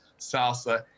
salsa